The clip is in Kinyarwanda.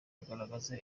kugaragaza